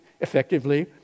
effectively